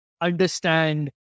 understand